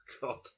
God